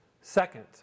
Second